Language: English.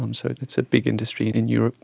um so it's a big industry in europe.